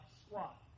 squat